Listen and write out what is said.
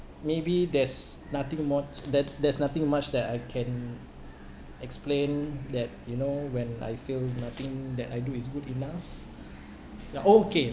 maybe there's nothing more that there's nothing much that I can explain that you know when I feel nothing that I do is good enough ya oh okay